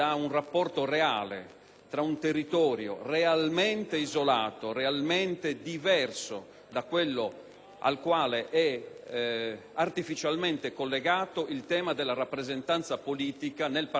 al quale è artificialmente collegato, il tema della rappresentanza politica nel Parlamento europeo. La devitalizzazione di questa rappresentanza ha comportato per la Sardegna 15 anni di difficoltà